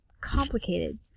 Complicated